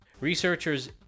Researchers